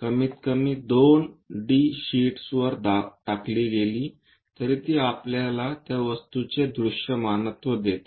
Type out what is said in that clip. कमीतकमी दोन डी शीट्सवर टाकली गेली तरी ती आपल्याला त्या वस्तूचे दृश्यमानत्व देते